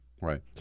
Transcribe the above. Right